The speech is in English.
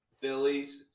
Phillies